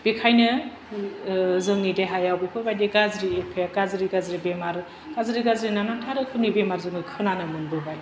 बेखायनो जोंनि देहायाव बेफोरबायदि गाज्रि बे गाज्रि गाज्रि बेमार गाज्रि गाज्रि नानानाथा रोखोमनि बेमार जोङो खोनानो मोनबोबाय बा